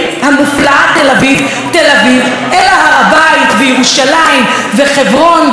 אלא הר הבית וירושלים וחברון ושכם ובית לחם.